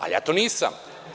Ali, ja to nisam.